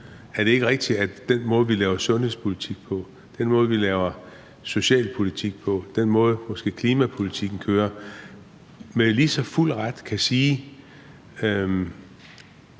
Er det ikke rigtigt, at med den måde, vi laver sundhedspolitik på, den måde, vi laver socialpolitik på og måske med den måde, klimapolitikken kører på, så kan vi med lige så fuld ret sige,